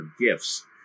gifts